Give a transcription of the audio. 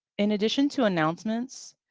in addition to announcements,